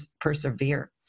persevere